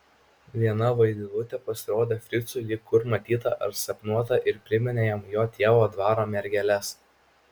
viena vaidilutė pasirodė fricui lyg kur matyta ar sapnuota ir priminė jam jo tėvo dvaro mergeles